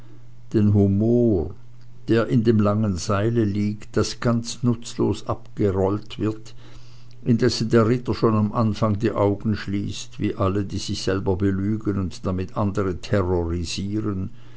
den humor der in dem langen seile liegt das ganz nutzlos abgerollt wird indessen der ritter schon im anfange die augen schließt wie alle die sich selbst belügen und damit andere terrorisieren